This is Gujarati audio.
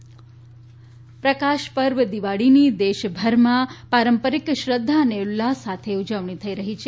દિવાળી પ્રકાશ પર્વ દિવાળીની દેશભરમાં પારંપરિક શ્રદ્ધા અને ઉત્સાહ સાથે ઉજવણી થઇ રહી છે